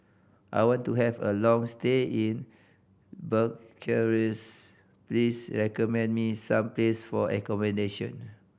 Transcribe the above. I want to have a long stay in Bucharest please recommend me some place for accommodation